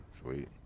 Sweet